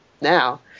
now